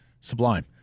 sublime